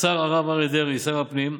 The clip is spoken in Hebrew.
לשר הרב אריה דרעי, שר הפנים,